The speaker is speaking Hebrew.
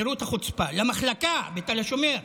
תראו את החוצפה, למחלקה בתל השומר,